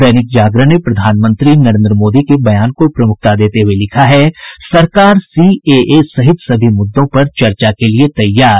दैनिक जागरण ने प्रधानमंत्री नरेन्द्र मोदी के बयान को प्रमुखता देते हुये लिखा है सरकार सीएए सहित सभी मुद्दों पर चर्चा के लिए तैयार